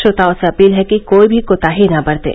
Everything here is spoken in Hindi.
श्रोताओं से अपील है कि कोई भी कोताही न बरतें